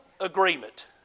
agreement